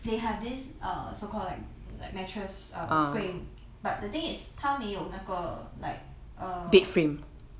they have this err so called like like mattress err frame but the thing is 他没有那个 like err